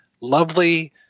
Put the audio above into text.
lovely